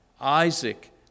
Isaac